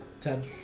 Ten